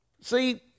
See